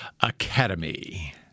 academy